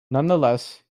nonetheless